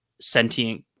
sentient